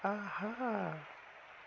آہا